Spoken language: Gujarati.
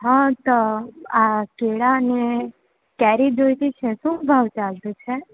હા તો આ કેળાં અને કેરી જોઈતી છે તો શું ભાવ ચાલતો છે